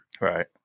Right